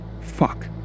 Fuck